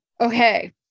okay